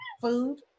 Food